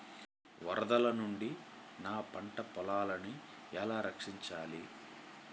వరదల నుండి నా పంట పొలాలని ఎలా రక్షించాలి?